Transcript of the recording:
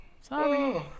Sorry